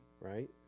Right